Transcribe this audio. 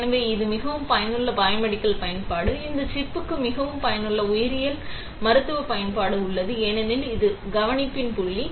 எனவே இது மிகவும் பயனுள்ள பயோமெடிக்கல் பயன்பாடு இந்த சிப்புக்கு மிகவும் பயனுள்ள உயிரியல் மருத்துவ பயன்பாடு உள்ளது ஏனெனில் இது கவனிப்பின் புள்ளி